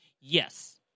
Yes